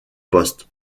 post